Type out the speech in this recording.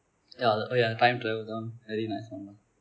ya oh ya time travel one very nice one